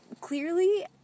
clearly